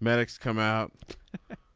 medics come out